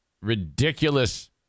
ridiculous